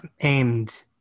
aimed